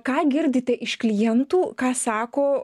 ką girdite iš klientų ką sako